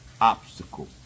obstacle